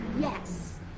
yes